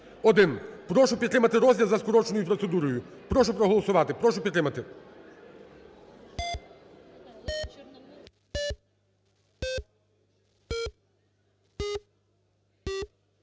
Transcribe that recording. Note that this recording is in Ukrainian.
Прошу підтримати розгляд за скороченою процедурою. Прошу проголосувати, прошу підтримати.